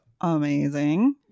amazing